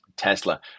Tesla